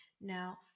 Now